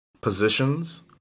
positions